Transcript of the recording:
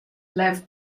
lev